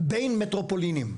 בין מטרופולינים.